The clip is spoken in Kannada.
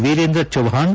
ವೀರೇಂದ್ರ ಜೌಹಾಣ್